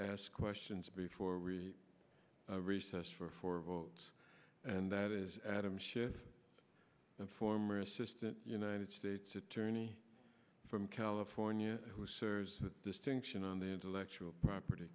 questions before we recess for four votes and that is adam schiff former assistant united states attorney from california who serves distinction on the intellectual property